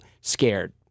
scared